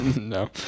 No